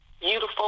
beautiful